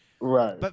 Right